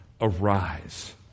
arise